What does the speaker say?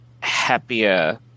happier